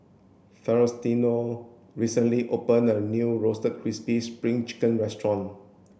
Faustino recently opened a new roasted crispy spring chicken restaurant